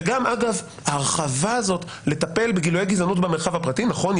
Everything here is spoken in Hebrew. אגב ההרחבה הזאת לטפל בגילויי גזענות במרחב הפרטי נכון,